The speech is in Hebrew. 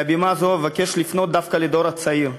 מהבימה הזאת אבקש לפנות דווקא לדור הצעיר: